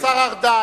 חבר הכנסת ארדן,